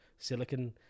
silicon